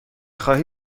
خواهی